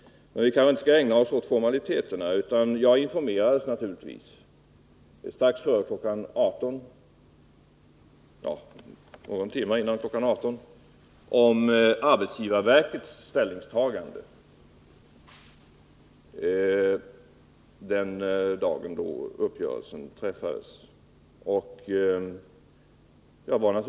Men vi kanske inte skall ägna oss åt formaliteterna. Jag informerades strax före kl. 18 — det var någon timme före — om arbetsgivarverkets ställningstagande den dag då uppgörelsen träffades, dvs. den 11 maj.